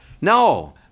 No